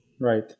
Right